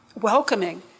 welcoming